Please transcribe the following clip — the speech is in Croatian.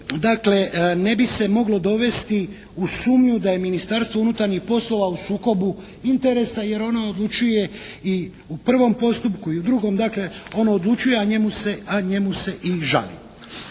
dakle ne bi se moglo dovesti u sumnju da je Ministarstvo unutarnjih poslova u sukobu interesa jer ono odlučuje i u prvom postupku i u drugom, dakle ono odlučuje, a njemu se i žali.